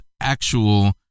actual